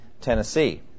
Tennessee